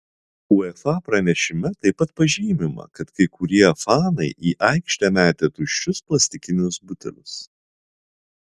uefa pranešime taip pat pažymima kad kai kurie fanai į aikštę metė tuščius plastikinius butelius